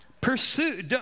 Pursue